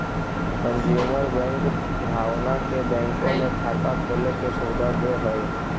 consumer bank भावना के बैंकों में खाता खोले के सुविधा दे हइ